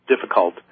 difficult